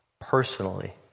personally